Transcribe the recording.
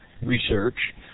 research